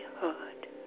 heard